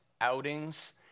outings